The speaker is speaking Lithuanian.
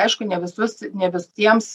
aišku ne visus ne visiems